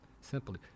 simply